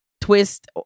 twist